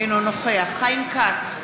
אינו נוכח חיים כץ,